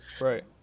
Right